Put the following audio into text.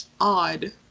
odd